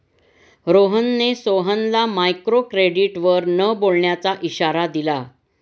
रोहनने सोहनला मायक्रोक्रेडिटवर न बोलण्याचा इशारा दिला